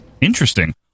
interesting